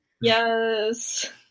Yes